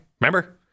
Remember